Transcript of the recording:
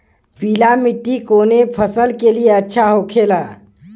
पीला मिट्टी कोने फसल के लिए अच्छा होखे ला?